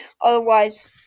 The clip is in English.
Otherwise